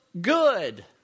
good